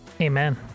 Amen